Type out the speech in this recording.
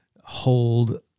hold